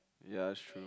ya it's true